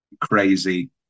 crazy